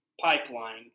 pipeline